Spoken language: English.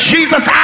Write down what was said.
Jesus